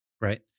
Right